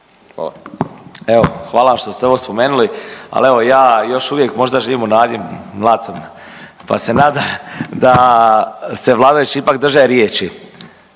hvala vam što ste ovo spomenuli, ali evo ja još uvijek možda živim u nadi, mlad sam pa se nadam da se vladajući ipak drže riječi,